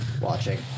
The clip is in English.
watching